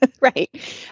right